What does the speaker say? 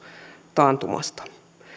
taantumasta